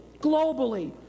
Globally